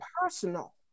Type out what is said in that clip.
personal